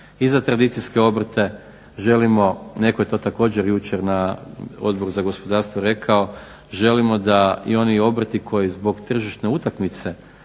za tradicijske obrte. Želimo, netko je to također jučer na Odboru za gospodarstvo rekao, želimo da i oni obrti koji zbog tržišne utakmice